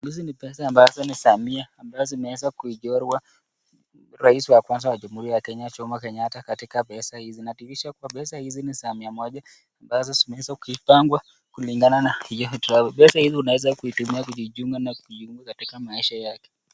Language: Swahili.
Hizi ni pesa ambazo ni za mia ambazo zimeweza kuchorwa rais wa kwanza wa jamhuri ya Kenya Jomo Kenyata katika pesa hizi. Inadhihirisha kuwa pesa hizi ni za mia moja ambazo zimeweza kupangwa kulingana na unit zao. Peza hizi unaweza kutumia kujichunga na kujikimu katika maisha yake.